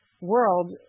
world